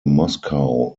moscow